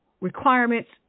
requirements